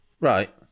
Right